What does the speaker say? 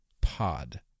pod